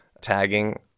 tagging